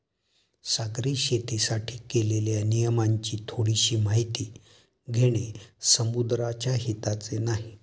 सागरी शेतीसाठी केलेल्या नियमांची थोडीशी माहिती घेणे समुद्राच्या हिताचे नाही